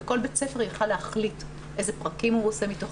וכל בית ספר יכול היה להחליט אילו פרקים הוא עושה מתוך